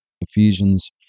Ephesians